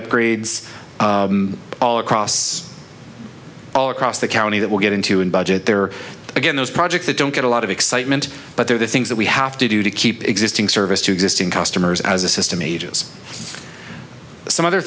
upgrades all across all across the county that we'll get into and budget there again those projects that don't get a lot of excitement but they're the things that we have to do to keep existing service to existing customers as a system ages some other